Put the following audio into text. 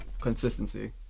consistency